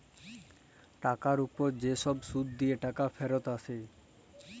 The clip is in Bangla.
টাকার উপ্রে যে ছব সুদ দিঁয়ে টাকা ফিরত আসে